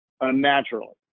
unnaturally